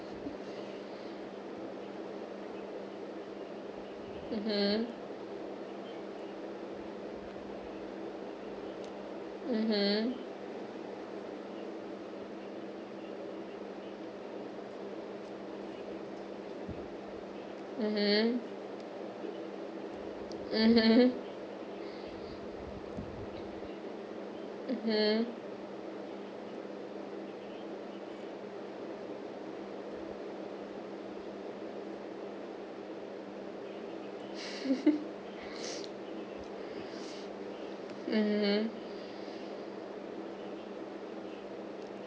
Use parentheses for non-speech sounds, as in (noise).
mmhmm mmhmm mmhmm mmhmm mmhmm (laughs) mmhmm